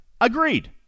agreed